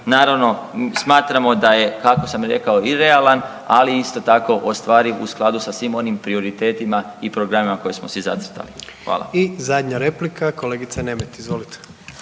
naravno, smatramo da je, kako sam rekao, irealan, ali isto tako, ostvariv u skladu sa svim onim prioritetima i programima koje smo si zacrtali. Hvala. **Jandroković, Gordan (HDZ)** I zadnja replika, kolegica Nemet, izvolite.